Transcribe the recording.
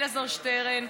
אלעזר שטרן,